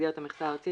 במסגרת המכסה הארצית,